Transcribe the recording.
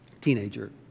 teenager